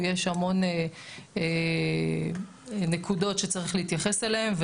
יש המון נקודות שצריך להתייחס אליהם,